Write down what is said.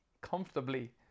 comfortably